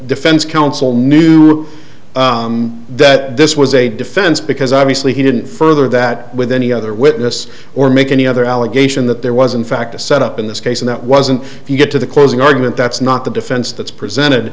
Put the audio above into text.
defense counsel knew that this was a defense because obviously he didn't further that with any other witness or make any other allegation that there was in fact a set up in this case and that wasn't if you get to the closing argument that's not the defense that's presented